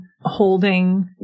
holding